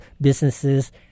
businesses